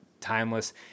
timeless